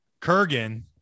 Kurgan